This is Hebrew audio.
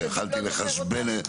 שיכולתי לחשבן את זה.